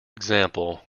example